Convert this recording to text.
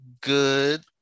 good